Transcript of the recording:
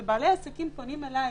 ובעלי עסקים באשדוד פונים אליי,